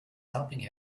helping